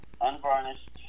unvarnished